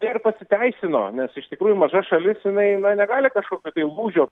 ir pasiteisino nes iš tikrųjų maža šalis jinai na negali kažkokio tai lūžio